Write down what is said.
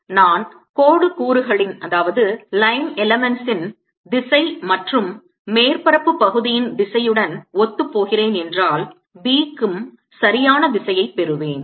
நான் கோடு கூறுகளின் திசை மற்றும் மேற்பரப்பு பகுதியின் திசையுடன் ஒத்துப்போகிறேன் என்றால் B க்கும் சரியான திசையைப் பெறுவேன்